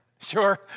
sure